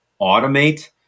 automate